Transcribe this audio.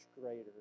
greater